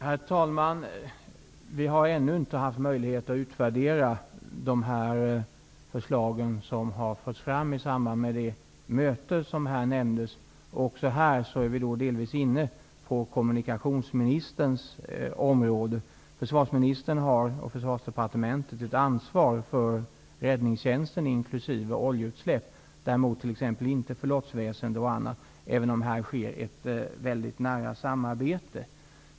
Herr talman! Vi har ännu inte haft möjlighet att utvärdera de förslag som har förts fram i samband med det möte som nämndes. Också här är vi delvis inne på kommunikationsministerns område. Försvarsministern och Försvarsdepartementet ansvarar för Räddningstjänsten inkl. oljeutsläpp, men däremot inte för exempelvis lotsväsende och liknande även om det här råder ett nära samarbete.